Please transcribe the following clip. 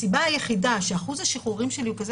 הסיבה היחידה שאחוז השחרורים שלי הוא כזה